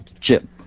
chip